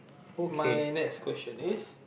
my next question is